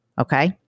okay